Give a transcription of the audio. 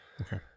Okay